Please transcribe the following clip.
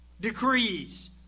decrees